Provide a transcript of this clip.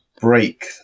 break